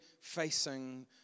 facing